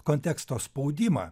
konteksto spaudimą